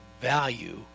value